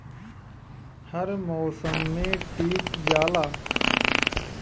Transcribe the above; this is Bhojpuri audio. हर मउसम मे टीक जाला